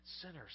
sinners